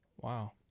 Wow